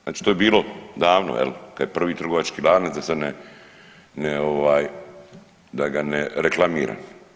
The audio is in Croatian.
Znači to je bilo davno jel kad je prvi trgovački lanac, da sad ne da ga ne reklamiram.